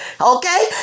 okay